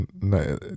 no